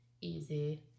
easy